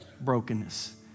brokenness